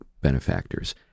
benefactors